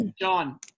John